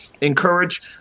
encourage